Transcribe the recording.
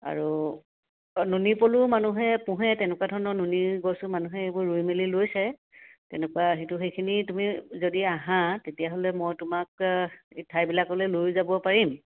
আৰু অঁ নুনী পলুও মানুহে পোহে তেনেকুৱা ধৰণৰ নুনীৰ গছো মানুহে এইবোৰ ৰুই মেলি লৈছে তেনেকুৱা হেৰিটো সেইখিনি তুমি যদি আঁহা তেতিয়াহ'লে মই তোমাক এই ঠাইবিলাকলৈ লৈও যাব পাৰিম